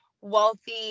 wealthy